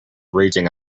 raging